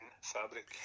Fabric